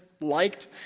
liked